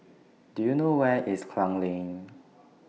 Do YOU know Where IS Klang Lane